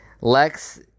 Lex